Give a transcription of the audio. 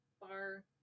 bar